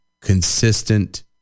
consistent